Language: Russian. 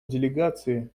делегациям